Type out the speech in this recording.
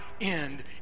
end